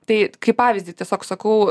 tai kaip pavyzdį tiesiog sakau